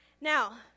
Now